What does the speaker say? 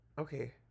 Okay